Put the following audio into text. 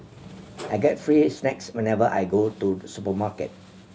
I get free snacks whenever I go to supermarket